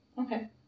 Okay